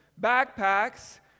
backpacks